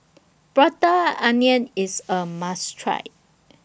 Prata Onion IS A must Try